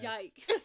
Yikes